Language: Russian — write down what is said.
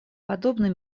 подобный